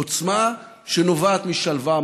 עוצמה שנובעת משלווה,